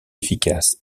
efficace